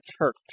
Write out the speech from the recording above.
church